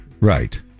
Right